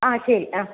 ആ ശരി ആ